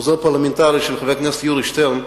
עוזר פרלמנטרי של חבר הכנסת יורי שטרן,